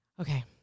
Okay